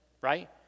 right